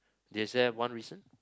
is there one recent